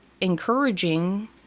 encouraging